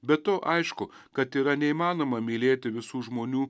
be to aišku kad yra neįmanoma mylėti visų žmonių